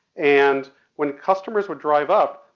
and when customers would drive up,